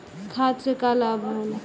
खाद्य से का लाभ होला?